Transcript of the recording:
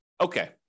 okay